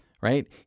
right